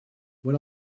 what